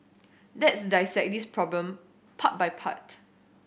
let's dissect this problem part by part